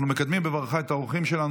אנחנו מקדמים בברכה את האורחים שלנו,